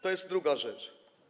To jest druga rzecz.